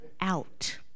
out